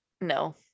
no